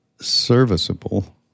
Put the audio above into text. serviceable